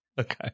Okay